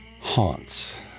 haunts